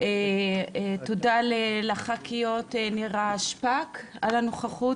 תודה לח"כיות נירה שפק על הנוכחות,